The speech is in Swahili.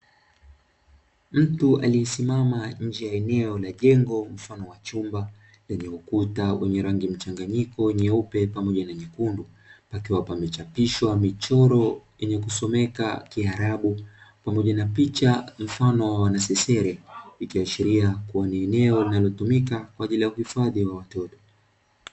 Mtu aliyesimama nje ya eneo la jengo mfano wa ukuta lenye rangi mchanganyiko ikiwemo nyeupe na nyekundu, pakiwa pamechapishwa michoro yenye kusomeka kiarabu pamoja na picha mfano wa wanasesere, ikiashiria kuwa ni eneo linalotumika kwa ajili ya uhifadhi wa watoto.